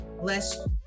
less